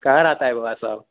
कह रहा था एक बार सब